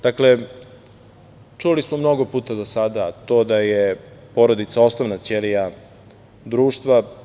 Dakle, čuli smo mnogo puta do sada to da je porodica osnovna ćelija društva.